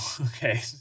Okay